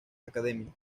academy